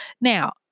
Now